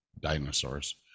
dinosaurs